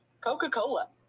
Coca-Cola